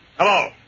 Hello